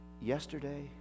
yesterday